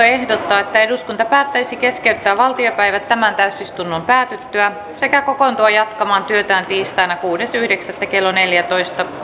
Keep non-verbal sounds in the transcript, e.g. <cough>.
<unintelligible> ehdottaa että eduskunta päättäisi keskeyttää valtiopäivät tämän täysistunnon päätyttyä sekä kokoontua jatkamaan työtään tiistaina kuudes yhdeksättä kaksituhattakuusitoista kello neljätoista